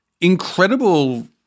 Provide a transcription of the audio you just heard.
incredible